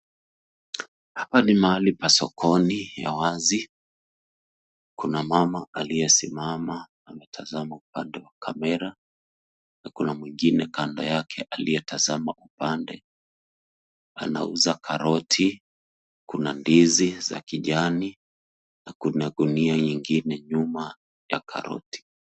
Hapa ni mahali pa sokoni ya wazi. Kuna mama aliyesimama ametazama upande wa kamera, na kuna mwingine kando yake aliyetazama upande, anauza karoti. Kuna ndizi za kijani, na kuna gunia nyingine nyuma ya karoti.